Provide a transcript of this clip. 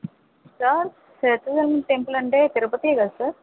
sir Seshachalam temple అంటే తిరపతే కద సార్